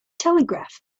telegraph